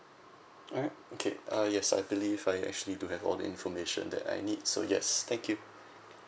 alright okay uh yes I believe I actually do have all the information that I need so yes thank you